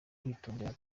kwitondera